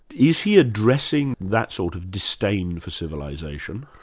is he addressing that sort of disdain for civilisation?